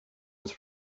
was